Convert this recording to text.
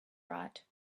right